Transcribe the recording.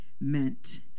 meant